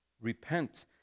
repent